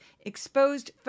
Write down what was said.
exposed